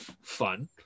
fun